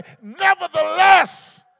nevertheless